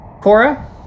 Cora